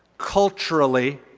culturally,